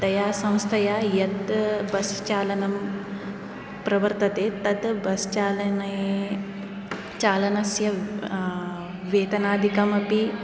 तया संस्थया यत् बस्चालनं प्रवर्तते तत् बस्चालने चालनस्य वेतनादिकमपि